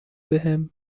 بهم